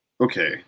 okay